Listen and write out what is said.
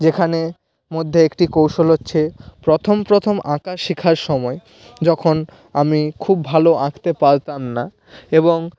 যেখানে মধ্যে একটি কৌশল হচ্ছে প্রথম প্রথম আঁকা শেখার সময় যখন আমি খুব ভালো আঁকতে পারতাম না এবং